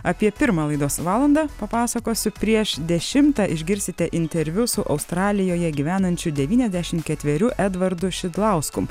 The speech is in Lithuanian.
apie pirmą laidos valandą papasakosiu prieš dešimtą išgirsite interviu su australijoje gyvenančių devyniasdešim ketverių edvardu šidlausku